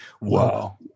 Wow